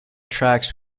tracks